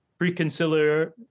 Preconciliar